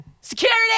Security